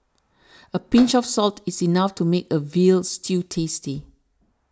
a pinch of salt is enough to make a Veal Stew tasty